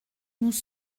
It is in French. nous